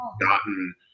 gotten